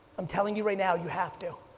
i'm telling you right now you have to.